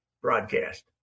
broadcast